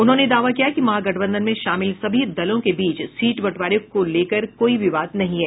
उन्होंने दावा किया कि महागठबंधन में शामिल सभी दलों के बीच सीट बंटवारे को लेकर कोई विवाद नहीं है